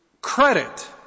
credit